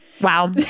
Wow